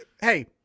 hey